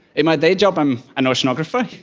in my day job i'm an oceanographer.